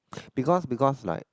because because like